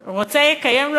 רוצה, יקיים.